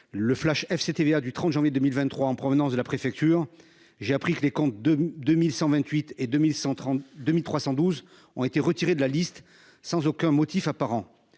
le flash FCTVA du 30 janvier 2023 en provenance de la préfecture, j'ai appris que les comptes 2128 et 2312 ont été retirés de la liste sans aucun motif apparent.